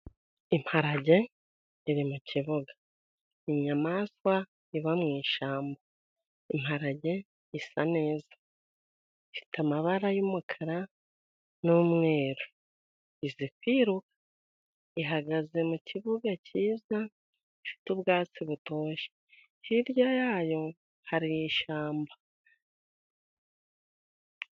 Imparage iri mu kibuga, inyamaswa iba mushyamba. Imparage isa neza, ifite amabara y'umukara n'umweru. Izepiru ihagaze mu kibuga cyiza gifite ubwatsi butoshye, hirya yayo hari ishyamba.